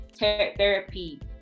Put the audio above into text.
therapy